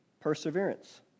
perseverance